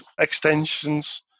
extensions